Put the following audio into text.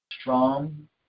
strong